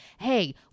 hey